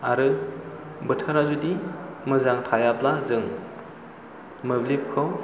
आरो बोथोरा जुदि मोजां थायाब्ला जों मोब्लिबखौ